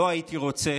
לא הייתי רוצה